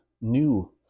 new